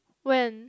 when